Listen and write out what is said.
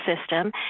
system